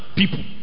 people